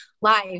live